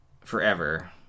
forever